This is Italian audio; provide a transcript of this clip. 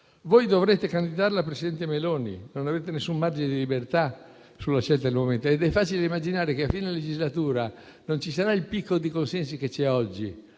voi dovrete candidare la presidente Meloni e non avrete alcun margine di libertà sulla scelta del momento ed è facile immaginare che a fine legislatura non ci sarà il picco di consensi che c'è oggi,